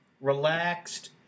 relaxed